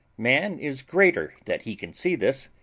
man is greater that he can see this,